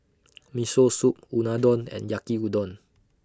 Miso Soup Unadon and Yaki Udon